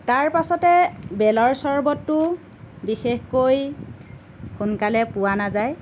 তাৰ পাছতে বেলৰ চৰ্বতটো বিশেষকৈ সোনকালে পোৱা নাযায়